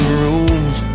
rules